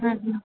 ம் ம்